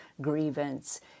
grievance